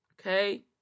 Okay